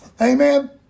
Amen